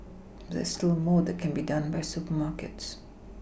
there is still more that can be done by supermarkets